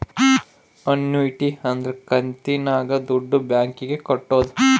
annuity ಅಂದ್ರ ಕಂತಿನಾಗ ದುಡ್ಡು ಬ್ಯಾಂಕ್ ಗೆ ಕಟ್ಟೋದು